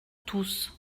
tous